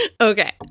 Okay